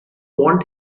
want